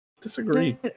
Disagree